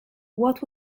what